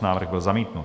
Návrh byl zamítnut.